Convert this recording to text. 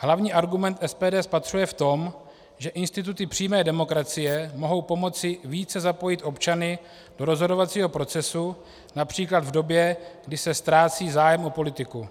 Hlavní argument SPD spatřuje v tom, že instituty přímé demokracie mohou pomoci více zapojit občany do rozhodovacího procesu, například v době, kdy se ztrácí zájem o politiku.